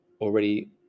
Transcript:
already